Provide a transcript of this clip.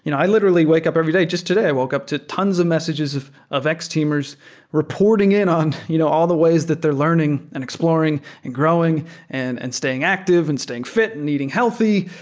you know i literally wake up every day. just today i woke up to tons of messages of of x-teamers reporting in on you know all the ways that they're learning and exploring and growing and and staying active and staying fit and eating healthy,